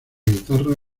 guitarra